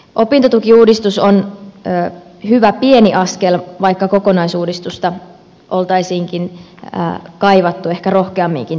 opintotukiuudistus on hyvä pieni askel vaikka kokonaisuudistusta oltaisiinkin kaivattu ehkä rohkeamminkin toteutettavaksi